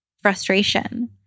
frustration